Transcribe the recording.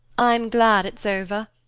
i'm glad it's over,